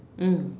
mm